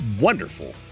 wonderful